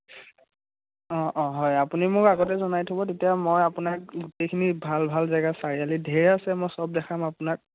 অঁ অঁ হয় আপুনি মোক আগতে জনাই থ'ব তেতিয়া মই আপোনাক গোটেইখিনি ভাল ভাল জেগা চাৰিআলিত ধেৰ আছে মই চব দেখাম আপোনাক